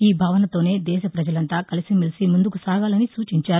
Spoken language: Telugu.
ఈ భావనతోనే దేశ పజలంతా కలిసిమెలిసి ముందుకు సాగాలని సూచించారు